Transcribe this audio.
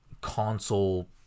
console